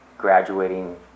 graduating